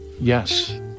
Yes